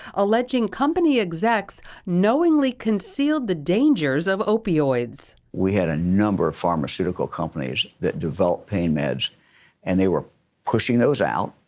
alleging company executives knowingly concealed the dangers of opioids. we had a number of pharmaceutical companies that developed pain medicines and they were pushing those out,